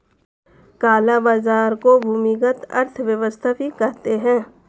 काला बाजार को भूमिगत अर्थव्यवस्था भी कहते हैं